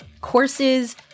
courses